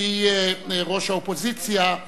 שהיא ראש האופוזיציה,